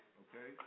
okay